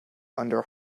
under